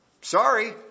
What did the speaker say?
sorry